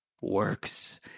works